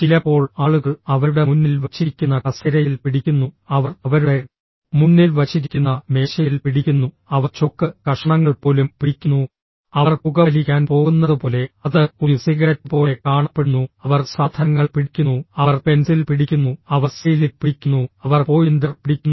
ചിലപ്പോൾ ആളുകൾ അവരുടെ മുന്നിൽ വച്ചിരിക്കുന്ന കസേരയിൽ പിടിക്കുന്നു അവർ അവരുടെ മുന്നിൽ വച്ചിരിക്കുന്ന മേശയിൽ പിടിക്കുന്നു അവർ ചോക്ക് കഷണങ്ങൾ പോലും പിടിക്കുന്നു അവർ പുകവലിക്കാൻ പോകുന്നതുപോലെ അത് ഒരു സിഗരറ്റ് പോലെ കാണപ്പെടുന്നു അവർ സാധനങ്ങൾ പിടിക്കുന്നു അവർ പെൻസിൽ പിടിക്കുന്നു അവർ സ്കെയിലിൽ പിടിക്കുന്നു അവർ പോയിന്റർ പിടിക്കുന്നു